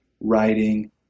writing